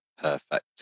Perfect